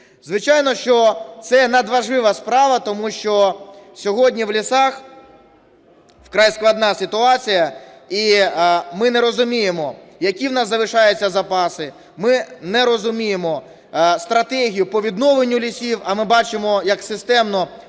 Звичайно, що це надважлива справа, тому що сьогодні в лісах вкрай складна ситуація. І ми не розуміємо, які в нас залишаються запаси, ми не розуміємо стратегію по відновленню лісів, а ми бачимо, як системно